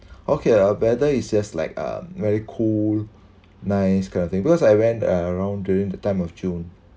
okay uh weather it's just like uh very cool nice kind of thing because I went around during the time of june